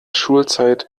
schulzeit